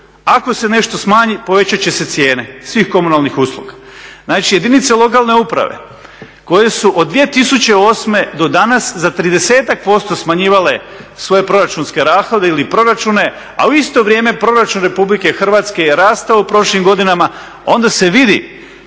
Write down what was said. ako se nešto smanji povećat će se cijene svih komunalnih usluga. Znači jedinice lokalne samouprave koje su od 2008.do danas za 30-ak posto smanjivale svoje proračunske rashode ili proračune, a u isto vrijeme proračun RH je rastao u prošlim godinama onda se vidi